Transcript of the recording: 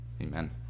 Amen